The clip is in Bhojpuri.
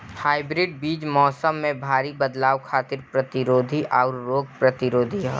हाइब्रिड बीज मौसम में भारी बदलाव खातिर प्रतिरोधी आउर रोग प्रतिरोधी ह